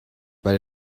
but